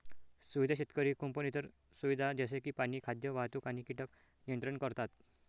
सुविधा शेतकरी कुंपण इतर सुविधा जसे की पाणी, खाद्य, वाहतूक आणि कीटक नियंत्रण करतात